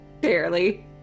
Barely